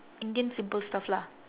indian simple stuff lah